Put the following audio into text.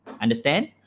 Understand